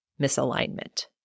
misalignment